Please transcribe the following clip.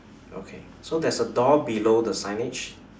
okay so there's a door below the signage